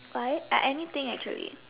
what I I anything actually